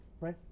Right